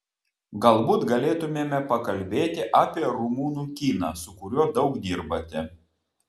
galbūt galėtumėme pakalbėti apie rumunų kiną su kuriuo daug dirbate